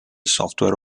software